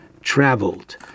traveled